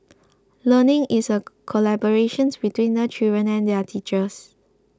learning is a collaborations between the children and their teachers